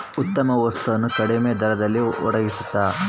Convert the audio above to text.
ಉತ್ತಮ ವಸ್ತು ನ ಕಡಿಮೆ ದರದಲ್ಲಿ ಒಡಗಿಸ್ತಾದ